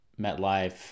MetLife